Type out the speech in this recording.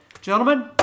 Gentlemen